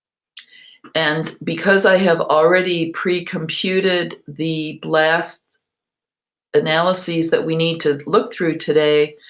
and because i have already precomputed the blast analyses that we need to look through today,